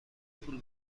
پول